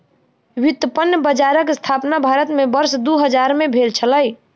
व्युत्पन्न बजारक स्थापना भारत में वर्ष दू हजार में भेल छलै